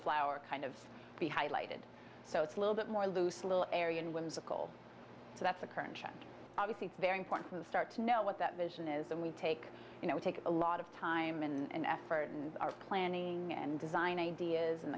flower kind of be highlighted so it's a little bit more loose a little area and whimsical so that's the current obviously it's very important to start to know what that vision is and we take you know take a lot of time and effort and our planning and design ideas and